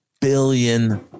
billion